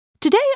Today